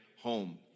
home